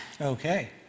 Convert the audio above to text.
Okay